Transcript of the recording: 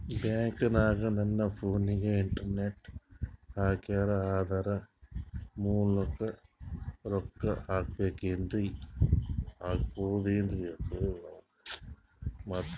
ಬ್ಯಾಂಕನಗ ನನ್ನ ಫೋನಗೆ ಇಂಟರ್ನೆಟ್ ಹಾಕ್ಯಾರ ಅದರ ಮೂಲಕ ರೊಕ್ಕ ಹಾಕಬಹುದೇನ್ರಿ?